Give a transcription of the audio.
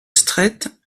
strette